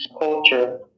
culture